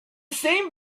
seemed